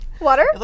water